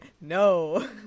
No